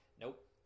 Nope